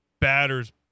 batters